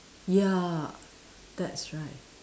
ya that's right